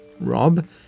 Rob